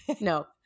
No